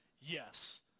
yes